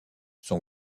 son